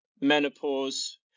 menopause